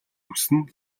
хүснэ